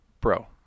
Bro